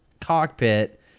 cockpit